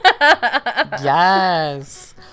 yes